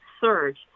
surge